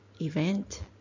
event